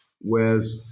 whereas